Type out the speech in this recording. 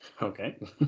Okay